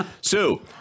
Sue